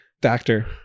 Doctor